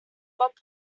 but